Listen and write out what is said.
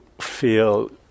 feel